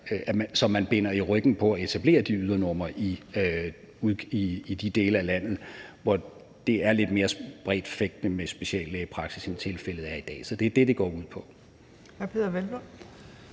som man binder i ryggen på at etablere de ydernumre i de dele af landet, hvor det er lidt mere spredt fægtning med speciallægepraksis, end tilfældet er i dag. Det er det, det går ud på.